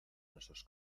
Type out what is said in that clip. nuestros